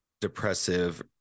depressive